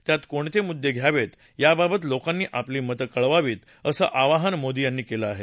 त्यात कोणते मुद्दे घ्यावेत याबाबत लोकांनी आपलं मत कळवावीत असं आवाहन मोदी यांनी केलं आहे